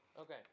Okay